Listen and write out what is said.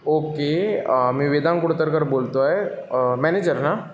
okay मी वेदांग कुडतरकर बोलतो आहे मॅनेजर ना